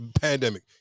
pandemic